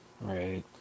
Right